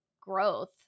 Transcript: growth